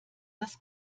das